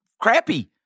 crappy